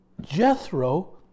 Jethro